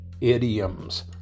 idioms